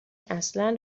اصلا